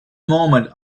moment